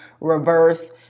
reverse